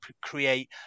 create